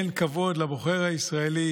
אין כבוד לבוחר הישראלי,